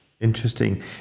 Interesting